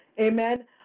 Amen